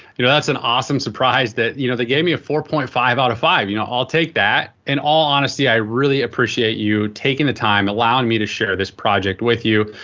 you know, that's an awesome surprise that you know, they gave me a four point five out of five. you know i'll take that. in all honesty i really appreciate you taking the time, allowing me to share this project with you.